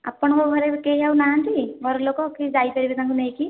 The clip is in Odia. ଆପଣଙ୍କ ଘରେ କେହି ଆଉ ନାହାନ୍ତି ଘରଲୋକ କି ଯାଇପାରିବେ ତାଙ୍କୁ ନେଇକି